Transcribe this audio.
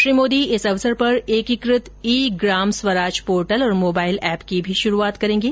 श्री मोदी इस अवसर पर एकीकृत ई ग्राम स्वराज पोर्टल और मोबाइल ऐप की भी शुरूआत करेंगे